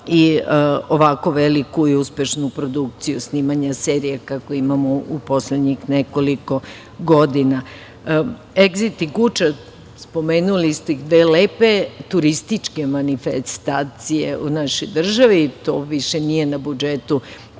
i ovako veliku i uspešnu produkciju snimanja serija, kakvu imamo u poslednjih nekoliko godina. Egzit i Guča, spomenuli ste ih, to su dve lepe turističke manifestacije u našoj državi. To više nije na budžetu